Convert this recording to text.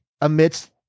amidst